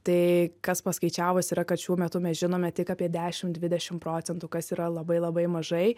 tai kas paskaičiavus yra kad šiuo metu mes žinome tik apie dešim dvidešim procentų kas yra labai labai mažai